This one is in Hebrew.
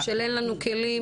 של "אין לנו כלים".